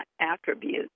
attributes